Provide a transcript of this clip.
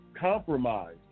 Compromise